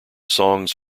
songs